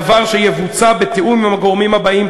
דבר שיבוצע בתיאום עם הגורמים הבאים,